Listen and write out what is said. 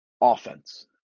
offense